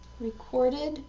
Recorded